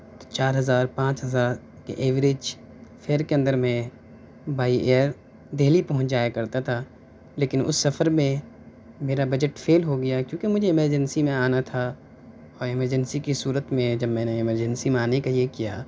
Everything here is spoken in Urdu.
چار ہزار پانچ ہزار کے ایوریج فیئر کے اندر میں بائی ایئر دہلی پہنچ جایا کرتا تھا لیکن اُس سفر میں میرا بجٹ فیل ہو گیا کیونکہ مجھے ایمرجینسی میں آنا تھا اور ایمرجینسی کی صورت میں جب میں نے ایمرجینسی میں آنے کا یہ کیا